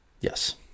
Yes